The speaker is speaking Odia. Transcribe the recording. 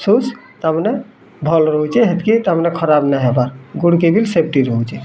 ସୁଜ୍ ତାମାନେ ଭଲ୍ ରହୁଛେ ହେତ୍ କି ତାମାନେ ଖରାବ ନାଇ ହବାର୍ ଗୋଡ଼୍ କେ ବି ସେଫ୍ଟି ରହୁଛି